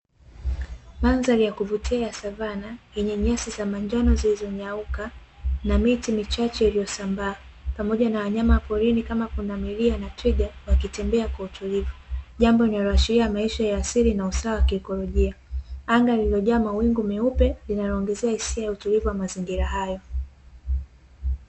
Mandhari ya kuvutia ya savana yenye nyasi za manjano zilizonyauka, na miti michache iliyosambaa, pamoja na wanyama wa porini kama pundamilia na twiga, wakitembea kwa utulivu. Jambo linaloashiria maisha ya asili na usawa wa kiikolojia. Anga lililojaa mawingu meupe linaloongezea asilia ya utulivu wa mazingira hayo.